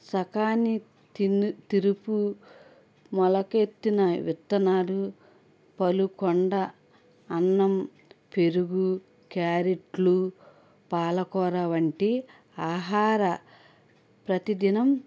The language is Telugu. సకాని తిను తిరుపు మొలకెత్తిన విత్తనాలు పలుకొండ అన్నం పెరుగు క్యారెట్లు పాలకూర వంటి ఆహార ప్రతి దినం